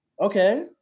okay